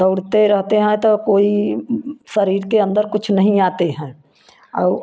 दौड़ते रहते हैं तो कोई शरीर के अंदर कुछ नहीं आते हैं और